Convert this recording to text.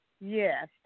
Yes